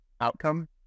outcome